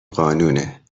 قانونه